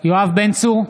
יואב בן צור,